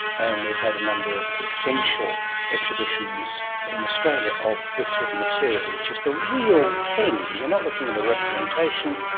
and we've had a number of essential exhibitions in australia of this sort of material, which is the real thing. you're not looking at a representation,